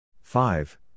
five